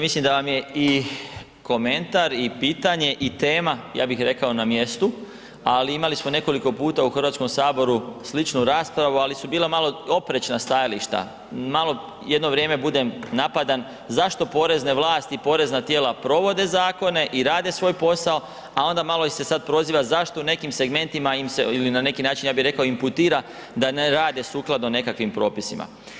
Mislim da vam je i komentar i pitanje i tema, ja bih rekao, na mjestu ali imali smo nekoliko puta u Hrvatskom saboru sličnu raspravu ali su bila malo oprečna stajališta, malo jedno vrijeme budem napadan zašto porezne vlasti, porezna tijela provode zakone i rade svoj posao a onda malo ih se sad proziva zašto u nekim segmentima im se ili na neki način ja bih rekao, imputira da ne rade sukladno nekakvim propisima.